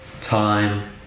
time